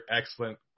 excellent